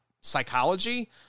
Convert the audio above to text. psychology